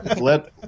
let